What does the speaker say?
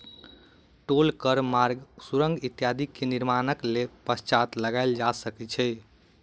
टोल कर मार्ग, सुरंग इत्यादि के निर्माणक पश्चात लगायल जा सकै छै